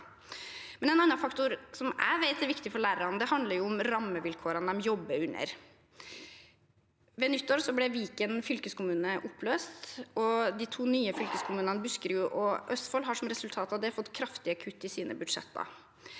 En annen faktor jeg vet er viktig for lærerne, handler om rammevilkårene de jobber under. Ved nyttår ble Viken fylkeskommune oppløst, og de to nye fylkeskommunene Buskerud og Østfold har som resultat av det fått kraftige kutt i sine budsjetter.